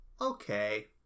okay